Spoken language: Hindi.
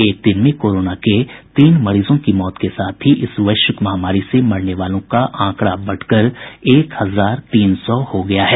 एक दिन में कोरोना के तीन मरीजों की मौत के साथ ही इस वैश्विक महामारी से मरने वालों का आंकड़ा बढ़कर एक हजार तीन सौ हो गया है